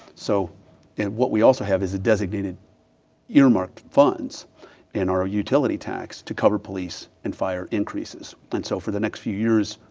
so and what we also have is designated earmarked funds in our utility tax to cover police and fire increases. and so for the next few years,